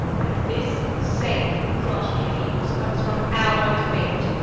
and this same progeny of evils comes from our debate,